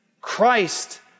Christ